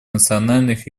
национальных